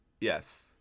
Yes